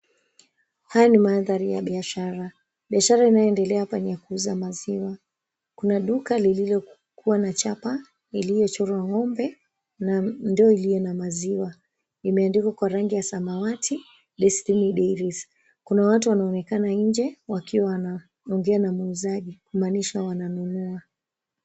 Haya ni mandhari ya biashara , biashara inayoendelea hapa ni ya kuuza maziwa. Kuna duka lililokuwa na chapa Iliyochorwa ng'ombe na ndoo iliyo na maziwa imeandikwa kwa rangi ya samawati Destiny Dairies. Kuna watu wanaonekana nje wakiwa wanaongea na muuzaji kumaanisha wananunua.